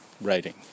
writing